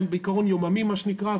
הם בעיקרון יוממי מה שנקרא,